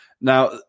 Now